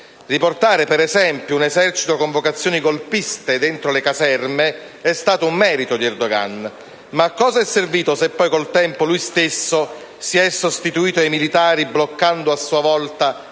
Riportare, per esempio, un Esercito con vocazioni golpiste dentro le caserme è stato un merito di Erdogan, ma a cosa è servito se poi con il tempo lui stesso si è sostituito ai militari bloccando a sua volta la